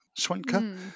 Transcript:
Schwenker